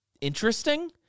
interesting